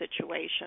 situation